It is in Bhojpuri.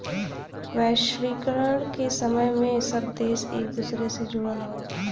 वैश्वीकरण के समय में सब देश एक दूसरे से जुड़ल हौ